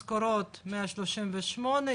משכורות-138,